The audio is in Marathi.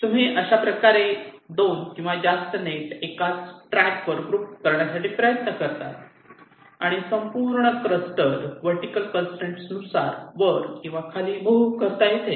तुम्ही अशाप्रकारे तुम्ही 2 किंवा जास्त नेट एका ट्रक वर ग्रुप करण्याचा प्रयत्न करतात आणि संपूर्ण क्लस्टर वर्टीकल कंसट्रेन नुसार वर किंवा खाली मुव्ह करता येते